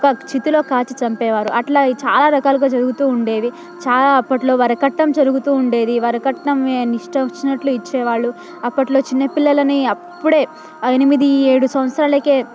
ఒక చితిలో కాల్చి చంపేవారు అట్లా చాలా రకాలుగా జరుగుతూ ఉండేవి చాలా అప్పట్లో వరకట్నం జరుగుతూ ఉండేది వరకట్నం ఏ ఇష్టం వచ్చినట్లు ఇచ్చేవాళ్ళు అప్పట్లో చిన్న పిల్లలని అప్పుడే ఎనిమిది ఏడు సంవత్సరాలకే